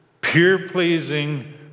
peer-pleasing